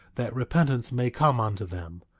that repentance may come unto them.